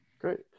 Great